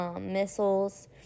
missiles